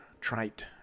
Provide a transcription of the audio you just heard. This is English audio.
trite